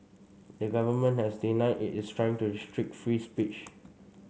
the government has denied it is trying to restrict free speech